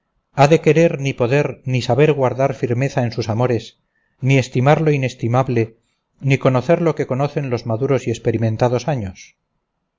ha de querer ni poder ni saber guardar firmeza en sus amores ni estimar lo inestimable ni conocer lo que conocen los maduros y experimentados años